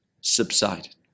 subsided